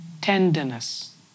tenderness